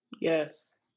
Yes